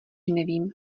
nevím